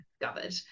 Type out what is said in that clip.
discovered